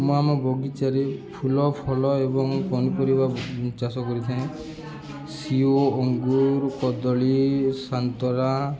ମୁଁ ଆମ ବଗିଚାରେ ଫୁଲ ଫଲ ଏବଂ ପନିପରିବା ଚାଷ କରିଥାଏ ସେଓ ଅଙ୍ଗୁର କଦଳୀ ସାନ୍ତରା